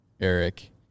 Eric